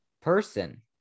person